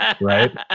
right